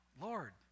Lord